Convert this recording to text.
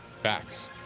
Facts